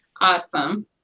Awesome